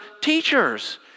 teachers